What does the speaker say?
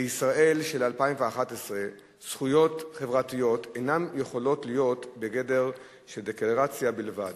בישראל של 2011 זכויות חברתיות אינן יכולות להיות בגדר דקלרציה בלבד.